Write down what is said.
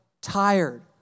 tired